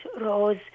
rose